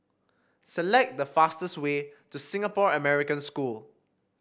select the fastest way to Singapore American School